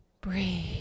breathe